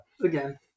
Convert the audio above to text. again